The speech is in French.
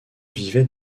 vivait